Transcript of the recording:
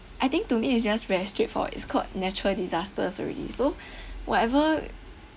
I think to me it's just very straightforward it's called natural disasters already so whatever